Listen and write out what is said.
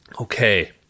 okay